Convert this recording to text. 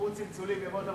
לוועדת